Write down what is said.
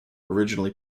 originally